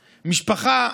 משפחה.